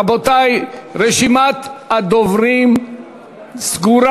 רבותי, רשימת הדוברים סגורה.